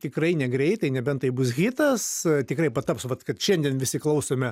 tikrai negreitai nebent tai bus hitas tikrai taps vat kad šiandien visi klausome